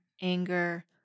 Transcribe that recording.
anger